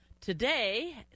today